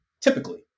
typically